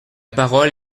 parole